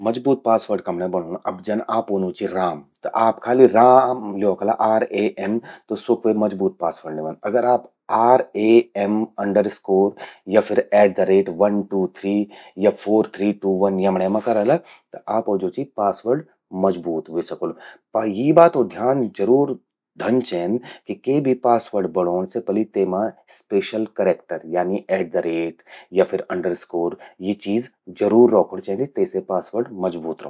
मजबूत पासवर्ड कनके बणौण। अब जन आपो नूं चि राम। त आप खालि राम ल्यौखला जन आर ए एम, ते स्वो क्वे मजबूत पासवर्ड नि व्हंद। अगर आप आर ए एम अंडरस्कोर या फिर at the rate one two three या फोर थ्री टी वन यमण्ये मां करला। आपो ज्वो चि पासवर्ड मजबूत व्हे सकोलु। अर यूं बातो ध्यान जरूर धन चेंद कि के भी पासवर्ड बणौंण से पलि तेमा स्पेशल करेक्टर यानी एट द रेट या फिर अंडरस्कोर। यी चीज जरूर रौखणं चेंदि। ते से पासवर्ड मजबूत रौंद।